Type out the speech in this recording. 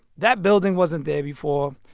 that building wasn't there before.